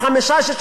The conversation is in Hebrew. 6%?